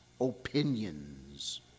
opinions